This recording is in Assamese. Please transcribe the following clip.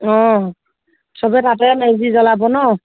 অঁ চবেই তাতে মেজি জ্বলাব ন